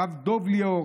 הרב דב ליאור,